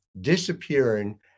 disappearing